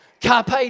Carpe